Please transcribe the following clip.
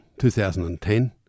2010